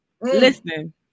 Listen